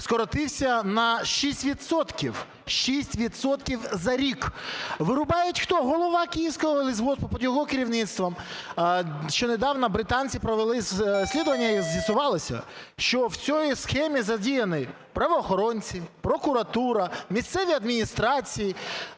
відсотків за рік! Вирубають хто – голова "Київського лісгоспу", під його керівництвом. Щонедавно британці провели розслідування і з'ясувалося, що в цій схемі задіяні правоохоронці, прокуратура, місцеві адміністрації